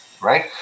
right